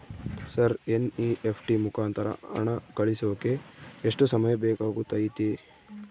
Sir NEFT ಮುಖಾಂತರ ಹಣ ಕಳಿಸೋಕೆ ಎಷ್ಟು ಸಮಯ ಬೇಕಾಗುತೈತಿ?